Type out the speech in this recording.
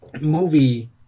movie